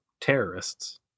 terrorists